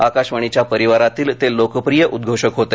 आकाशवाणीच्या परिवारातील ते लोकप्रिय उद्घोषक होते